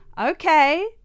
okay